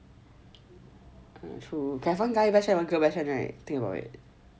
true got one guy best friend and girl best friend I think about it